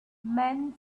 men